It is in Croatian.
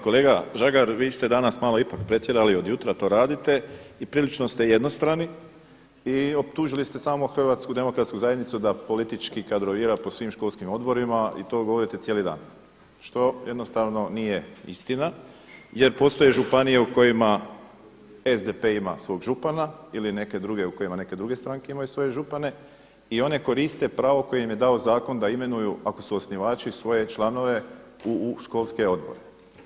Kolega Žagar, vi ste danas ipak malo pretjerali, od jutra to radite, i prilično ste jednostrani i optužili ste samu Hrvatsku demokratsku zajednicu da politički kadrovira po svim školskim odborima i to govorite cijeli dan što jednostavno nije istina jer postoje županije u kojima SDP ima svog župana ili neke druge u kojima neke druge stranke imaju svoje župane i one koriste pravo koje im je dao zakon da imenuju ako su osnivači svoje članove u školske odbore.